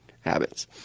habits